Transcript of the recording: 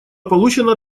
получено